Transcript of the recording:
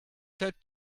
set